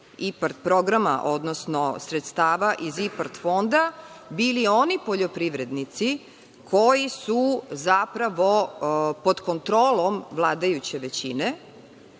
IPARD programa, odnosno sredstava iz IPARD fonda, bili oni poljoprivrednici koji su zapravo pod kontrolom vladajuće većine.